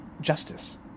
justice